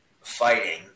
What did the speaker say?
fighting